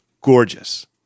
gorgeous